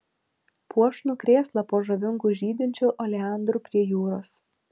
puošnų krėslą po žavingu žydinčiu oleandru prie jūros